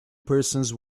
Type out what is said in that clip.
persons